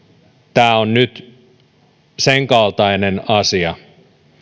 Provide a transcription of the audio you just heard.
tämä on nyt senkaltainen asia